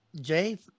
Jay